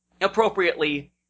appropriately